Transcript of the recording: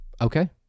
Okay